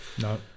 No